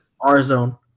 R-Zone